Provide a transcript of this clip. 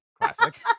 Classic